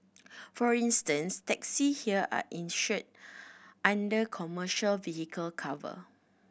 for instance taxis here are insured under commercial vehicle cover